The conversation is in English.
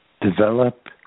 develop